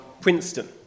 Princeton